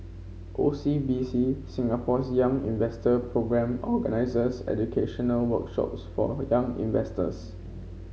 O C B C Singapore's Young Investor Programme organizes educational workshops for young investors